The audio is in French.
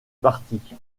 parti